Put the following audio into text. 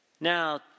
Now